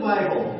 Bible